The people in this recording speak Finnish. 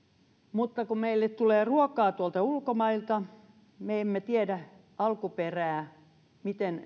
mutta kun meille tulee ruokaa ulkomailta me emme tiedä alkuperää miten